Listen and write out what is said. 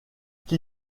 qui